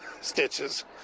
stitches